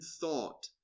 thought